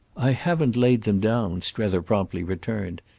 i haven't laid them down, strether promptly returned.